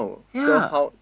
yea